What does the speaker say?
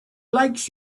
likes